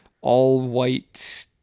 all-white